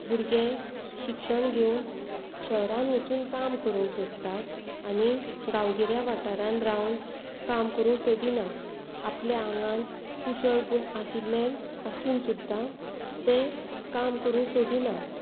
भुरगें शिक्षण घेवन शहरांत वचून काम करूंक सोदतात आनी गांवगिऱ्या वाठारांत रावून काम करूंक सोदिना आपल्या आंगांत कुशळ गूण आशिल्ले आसून सुद्दां ते काम करूंक सोदिना